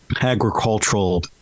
agricultural